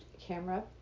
camera